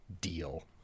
deal